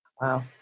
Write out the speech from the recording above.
Wow